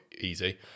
easy